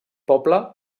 poble